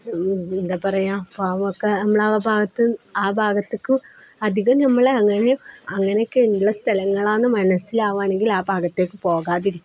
എന്താണ് പറയുക പാമ്പൊക്കെ നമ്മള് ആ ഭാഗത്ത് ആ ഭാഗത്തേക്ക് അധികം നമ്മള് അങ്ങനെ അങ്ങനെയൊക്കെയുള്ള സ്ഥലങ്ങളാണെന്ന് മനസ്സിലാവുകയാണെങ്കിൽ ആ ഭാഗത്തേക്ക് പോകാതിരിക്കുക